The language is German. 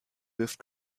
wirft